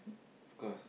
of course